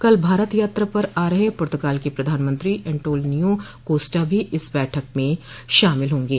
कल भारत यात्रा पर आ रहे पुतर्गाल के प्रधानमंत्री एन्टोलनियो कोस्टा भी इस बैठक में शामिल होंगे